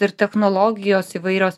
ir technologijos įvairios